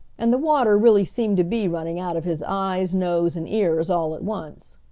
and the water really seemed to be running out of his eyes, noses and ears all at once.